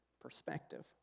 perspective